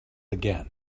again